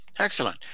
Excellent